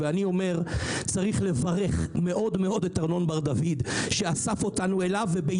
אומר שצריך לברך מאוד את ארנון בר דוד על כך שאסף אותנו אליו,